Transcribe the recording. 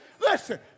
Listen